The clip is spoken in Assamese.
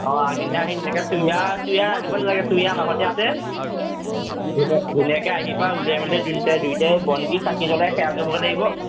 অঁ আগদিনা আহি সেনেকৈ চুৰিয়া টুৰিয়া আনিব নালাগে চুৰিয়া আমাৰ ঘৰতে আছে দুজন ধুনীয়াকে আহিবা উলিয়াই মেলি দুনটাই দুয়োটাই বন্তি চাকি জ্বলাই সেৱা কৰিবগৈ লাগিব